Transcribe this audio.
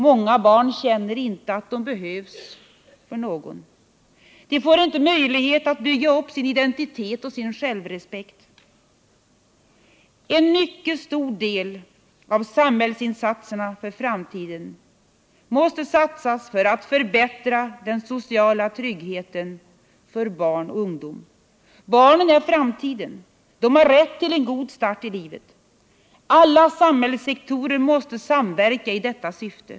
Många barn känner inte att de behövs. De får inte möjlighet att bygga upp sin identitet och självrespekt. En mycket stor del av samhällsinsatserna för att förbättra den sociala tryggheten måste därför riktas mot barnen och ungdomen. Barnen är framtiden. De har rätt till en god start i livet. Alla samhällssektorer måste samverka i detta syfte.